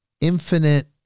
infinite